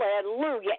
hallelujah